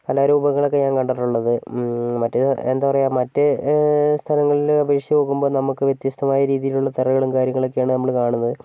കലാരൂപങ്ങളൊക്കെ ഞാൻ കണ്ടിട്ടുള്ളത് മറ്റേ എന്താ പറയാ മറ്റേ സ്ഥലങ്ങളിൽ അപേക്ഷിച്ച് നോക്കുമ്പോൾ നമുക്ക് വ്യത്യസ്തമായ രീതിയിലുള്ള തറകളും കാര്യങ്ങളുമൊക്കെയാണ് നമ്മൾ കാണുന്നത്